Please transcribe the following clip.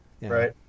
right